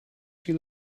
she